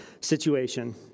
situation